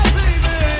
baby